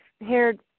haired